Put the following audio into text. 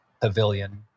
pavilion